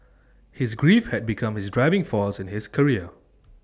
his grief had become his driving force in his career